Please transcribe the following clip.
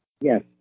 Yes